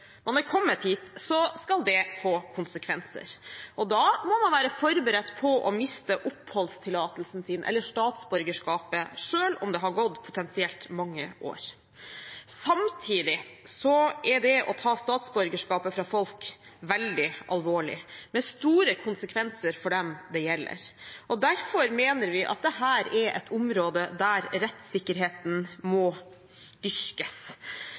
man har kommet hit, skal det få konsekvenser. Da må man være forberedt på å miste oppholdstillatelsen sin eller statsborgerskapet sitt, selv om det potensielt har gått mange år. Samtidig er det å ta statsborgerskapet fra folk veldig alvorlig, med store konsekvenser for dem det gjelder. Derfor mener vi at dette er et område der rettssikkerheten må